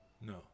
no